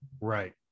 Right